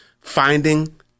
finding